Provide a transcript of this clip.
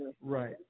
Right